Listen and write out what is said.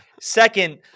Second